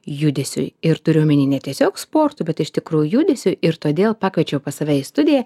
judesiui ir turiu omeny ne tiesiog sportui bet iš tikrų judesiui ir todėl pakviečiau pas save į studiją